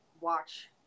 watch